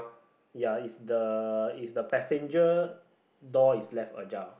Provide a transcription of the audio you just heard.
ya is the is the passenger door is left ajar